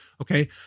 okay